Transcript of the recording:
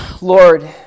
Lord